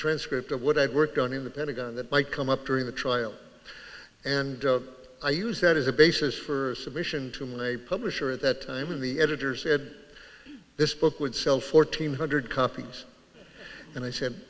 transcript of what i'd worked on in the pentagon that might come up during the trial and i use that as a basis for submission to my publisher at that time in the editor's ed this book would sell fourteen hundred copies and they said